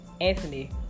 Anthony